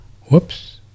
Whoops